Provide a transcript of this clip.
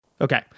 Okay